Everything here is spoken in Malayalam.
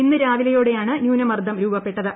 ഇന്ന് രാവിലെയോടെയാണ് ന്യൂന മർദ്ദം രൂപപ്പെട്ടത്